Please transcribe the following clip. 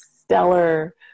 stellar